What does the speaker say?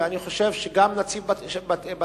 ואני חושב שגם נציב בתי-הסוהר,